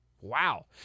Wow